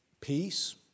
Peace